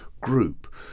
group